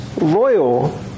loyal